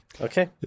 Okay